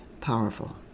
powerful